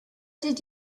did